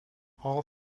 all